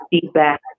feedback